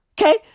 Okay